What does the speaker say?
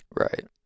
Right